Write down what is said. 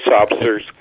officers